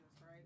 right